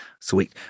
Sweet